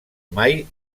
mai